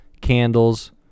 candles